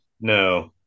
no